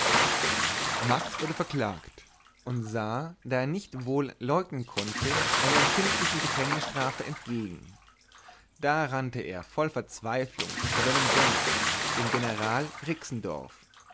max wurde verklagt und sah da er nicht wohl leugnen konnte einer empfindlichen gefängnisstrafe entgegen da rannte er voll verzweiflung zu seinem gönner dem general